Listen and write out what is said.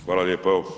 Hvala lijepa.